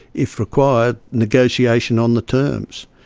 if required, negotiation on the terms?